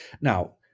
Now